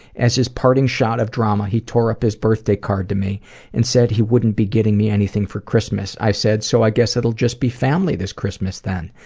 as his parting shot of drama, he tore up his birthday card to me and said he wouldn't be getting me anything for christmas. i said, so i guess it'll just be family this christmas, then?